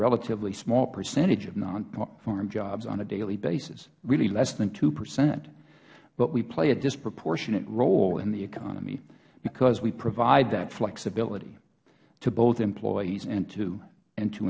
relatively small percentage of non farm jobs on a daily basis really less than two percent but we play a disproportionate role in the economy because we provide that flexibility to both employees and to